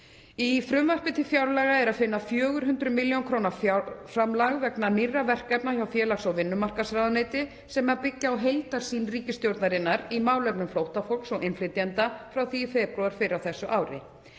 Í frumvarpi til fjárlaga er að finna 400 millj. kr. fjárframlag vegna nýrra verkefna hjá félags- og vinnumarkaðsráðuneyti sem byggja á heildarsýn ríkisstjórnarinnar í málefnum flóttafólks og innflytjenda frá því í febrúar fyrr á þessu ári.